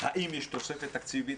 האם יש תוספת תקציבית,